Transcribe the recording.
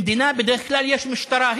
במדינה בדרך כלל יש משטרה.